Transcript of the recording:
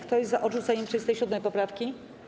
Kto jest za odrzuceniem 37. poprawki?